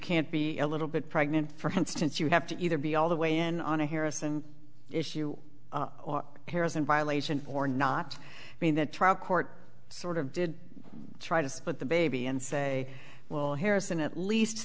can't be a little bit pregnant for instance you have to either be all the way in on a harris and if you care is in violation or not i mean the trial court sort of did try to split the baby and say well harrison at least